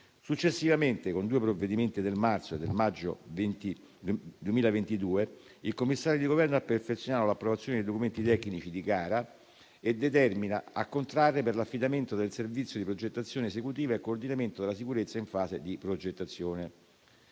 Successivamente, con due provvedimenti del marzo e del maggio 2022, il commissario di governo ha perfezionato l'approvazione dei documenti tecnici di gara e determina a contrarre per l'affidamento del servizio di progettazione esecutiva e coordinamento della sicurezza in fase di progettazione.